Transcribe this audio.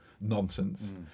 nonsense